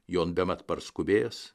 jon bemat parskubėjęs